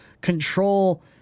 Control